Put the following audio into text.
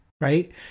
Right